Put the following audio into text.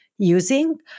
using